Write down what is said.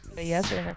Yes